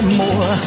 more